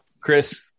chris